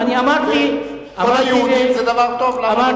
כל היהודים זה דבר טוב, למה לא?